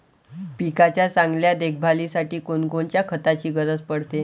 पिकाच्या चांगल्या देखभालीसाठी कोनकोनच्या खताची गरज पडते?